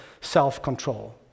self-control